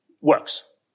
works